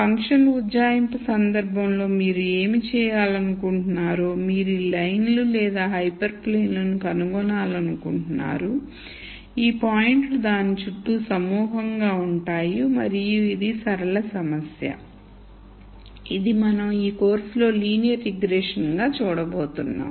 function ఉజ్జాయింపు సందర్భంలో మీరు ఏమి చేయాలనుకుంటున్నారో మీరు ఈ లైన్ లు లేదా హైపర్ ప్లేన్ను కనుగొనాలనుకుంటున్నారు ఈ పాయింట్లు దాని చుట్టూ సమూహంగా ఉంటాయి మరియు ఇది ఒక సరళ సమస్య ఇది మనం ఈ కోర్సులో లీనియర్ రిగ్రెషన్ గా చూడబోతున్నాం